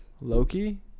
Loki